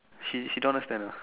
she she don't understand